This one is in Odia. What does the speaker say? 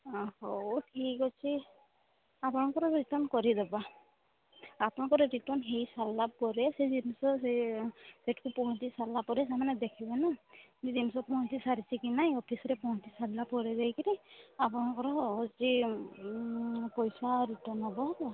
ହଁ ହଉ ଠିକ୍ ଅଛି ଆପଣଙ୍କର ରିଟର୍ଣ୍ଣ୍ କରି ଦେବା ଆପଣଙ୍କର ରିଟର୍ଣ୍ଣ୍ ହୋଇସାରିଲା ପରେ ସେ ଜିନିଷ ସେ ସେଇଠି ପହଞ୍ଚି ସାରିଲା ପରେ ସେମାନେ ଦେଖିବେନା ଯେ ଜିନିଷ ପହଞ୍ଚିସାରିଛି କି ନାହିଁ ଅଫିସ୍ରେ ପହଞ୍ଚିସାରିଲା ପରେ ଯାଇକରି ଆପଣଙ୍କର ହେଉଛି ପଇସା ରିଟର୍ଣ୍ଣ୍ ହେବ ହେଲା